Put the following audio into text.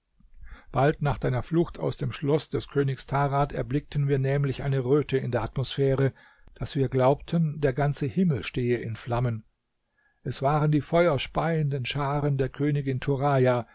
bald nach deiner flucht aus dem schloß des königs tarad erblickten wir nämlich eine röte in der atmosphäre daß wir glaubten der ganze himmel stehe in flammen es waren die feuerspeienden scharen der königin turaja